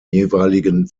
jeweiligen